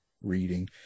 reading